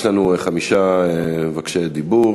יש לנו חמישה מבקשי דיבור.